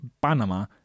Panama